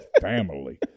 Family